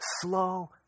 slow